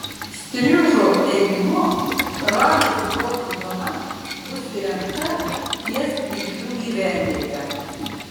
striužo teigimu ralio žiūrovų zona bus įrengta ties kvyklių gyvenviete